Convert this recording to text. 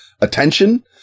attention